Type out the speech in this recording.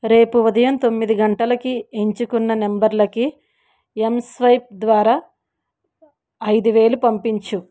రేపు ఉదయం తొమ్మిది గంటలకి ఎంచుకున్న నంబర్లకి ఎంస్వైప్ ద్వారా ఐదువేలు పంపించు